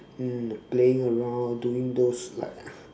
mm the playing around doing those like